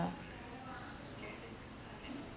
yeah